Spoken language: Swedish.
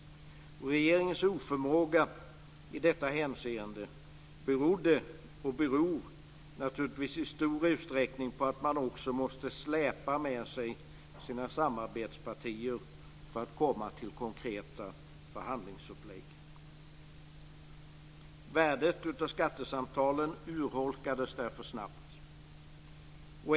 Regeringens oförmåga i detta hänseende berodde, och beror, naturligtvis i stor utsträckning på att man också måste släpa med sig sina samarbetspartier för att komma till konkreta förhandlingsupplägg. Värdet av skattesamtalen urholkades därför snabbt.